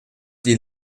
die